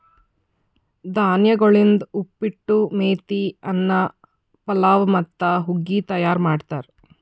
ಧಾನ್ಯಗೊಳಿಂದ್ ಉಪ್ಪಿಟ್ಟು, ಮೇತಿ ಅನ್ನ, ಪಲಾವ್ ಮತ್ತ ಹುಗ್ಗಿ ತೈಯಾರ್ ಮಾಡ್ತಾರ್